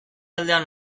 aldean